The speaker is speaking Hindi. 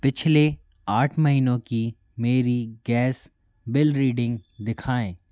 पिछले आठ महीनों की मेरी गैस बिल रीडिंग दिखाएँ